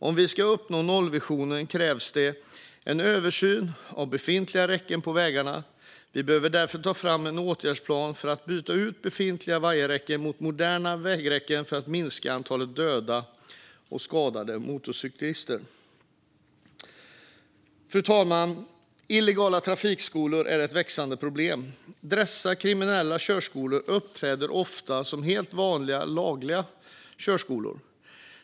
Om vi ska uppnå nollvisionen krävs det en översyn av befintliga räcken på vägarna. Vi behöver därför ta fram en åtgärdsplan för att byta ut befintliga vajerräcken mot moderna vägräcken för att minska antalet döda och skadade motorcyklister. Fru talman! Illegala trafikskolor är ett växande problem. Dessa kriminella körskolor uppträder ofta som helt vanliga och lagliga körskolor.